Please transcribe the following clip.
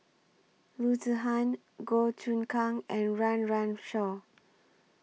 Loo Zihan Goh Choon Kang and Run Run Shaw